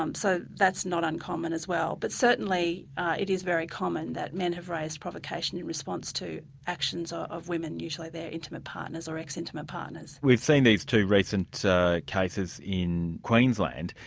um so that's not uncommon as well. but certainly it is very common that men have raised provocation in response to actions of women, usually their intimate partners or ex-intimate partners. we've seen these two recent cases in queensland.